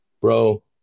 bro